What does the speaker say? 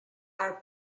are